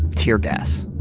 tear gas.